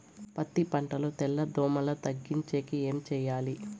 పత్తి పంటలో తెల్ల దోమల తగ్గించేకి ఏమి చేయాలి?